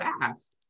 fast